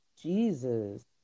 Jesus